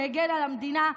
שהגן על המדינה?